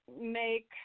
make